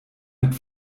mit